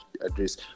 address